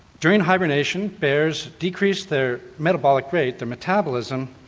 during hibernation, bears decrease their metabolic rate, their metabolism,